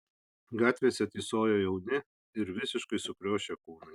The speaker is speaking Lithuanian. gatvėse tysojo jauni ir visiškai sukriošę kūnai